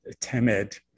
timid